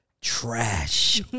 trash